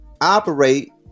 operate